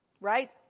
right